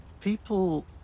People